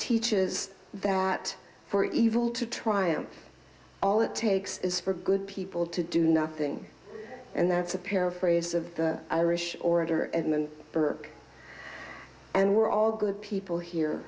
teaches that for evil to triumph all it takes is for good people to do nothing and that's a paraphrase of the irish orator and the burke and we're all good people here